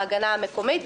ההגנה המקומית.